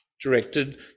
directed